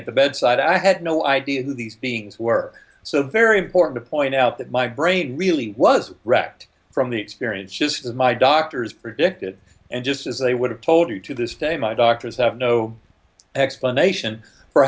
at the bedside i had no idea who these beings were so very important to point out that my brain really was wracked from the experience just as my doctors predicted and just as they would have told you to this day my doctors have no explanation for